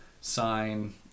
sign